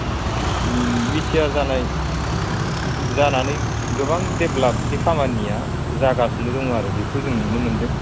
BTR जानाय जानानै गोबां डेभेलपनि खामानिया जागासिनो दङ आरो बेखौ जों नुनो मोन्दों